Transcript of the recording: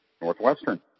Northwestern